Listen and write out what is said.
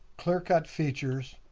clear-cut features,